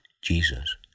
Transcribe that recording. Jesus